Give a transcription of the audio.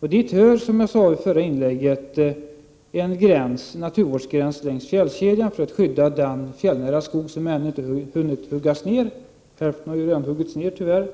Som jag sade i mitt tidigare inlägg gäller det exempelvis frågan om en naturvårdsgräns längs fjällkedjan. Det handlar ju om att skydda den fjällnära skog som ännu inte har huggits ner. Tyvärr har redan hälften av denna skog avverkats.